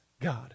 God